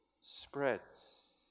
spreads